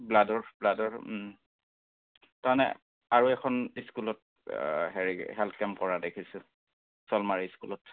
ব্লাডৰ ব্লাডৰ তাৰমানে আৰু এখন স্কুলত হেৰি হেল্থ কেম্প কৰা দেখিছোঁ সালমাৰী স্কুলত